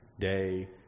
day